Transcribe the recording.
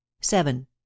Seven